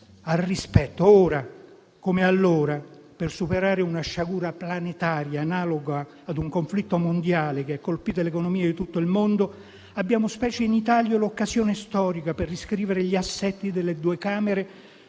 reciproco. Ora come allora, per superare una sciagura planetaria analoga ad un conflitto mondiale che ha colpito l'economia di tutto il mondo, abbiamo, specie in Italia, l'occasione storica per riscrivere gli assetti delle due Camere,